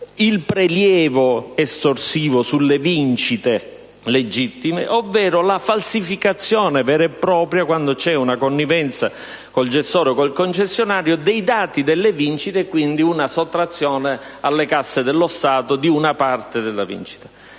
il prelievo sulle vincite legittime - ovvero quello della falsificazione vera e propria, quando c'è una connivenza col gestore o con il concessionario, dei dati delle vincite, quindi una sottrazione alle casse dello Stato di una parte della vincita.